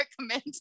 recommend